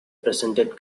presented